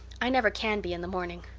i never can be in the morning.